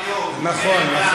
נכון להיום,